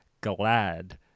glad